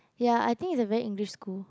ya I think is a very English school